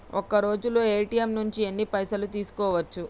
ఒక్కరోజులో ఏ.టి.ఎమ్ నుంచి ఎన్ని పైసలు తీసుకోవచ్చు?